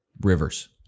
Rivers